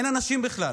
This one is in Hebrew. אין אנשים בכלל.